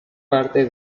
parte